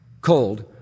cold